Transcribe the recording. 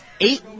eight